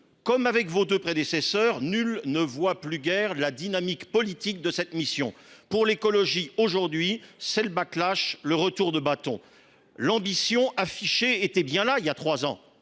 plus que vos deux prédécesseurs, vous ne laissez entrevoir la dynamique politique de cette mission… Pour l’écologie, aujourd’hui, c’est le, le retour de bâton ! L’ambition affichée était bien là il y a trois ans.